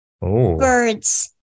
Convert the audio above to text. Birds